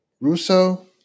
Russo